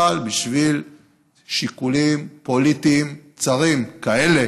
אבל בשביל שיקולים פוליטיים צרים כאלה